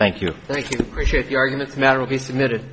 thank you thank you appreciate your arguments matter will be submitted